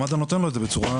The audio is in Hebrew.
מד"א נותן לו את זה בתשלום.